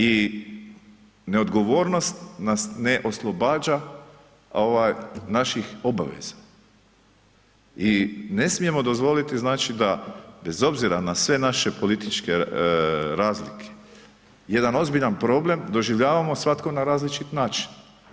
I ne odgovornost nas ne oslobađa naših obaveza i ne smijemo dozvoliti da bez obzira na sve naše političke razlike jedan ozbiljan problem doživljavamo svako na različit način.